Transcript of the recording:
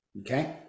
okay